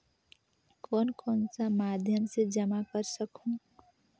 कौन कौन सा माध्यम से जमा कर सखहू?